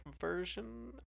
version